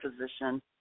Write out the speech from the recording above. position